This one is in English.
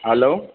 hello